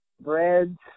breads